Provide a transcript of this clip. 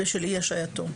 בשל אי-השעייתו,